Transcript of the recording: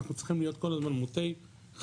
אנחנו צריכים להיות כל הזמן מוטי חדשנות,